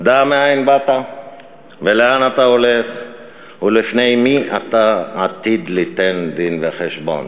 דע מאין באת ולאן אתה הולך ולפני מי אתה עתיד ליתן דין וחשבון".